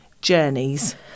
journeys